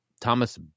Thomas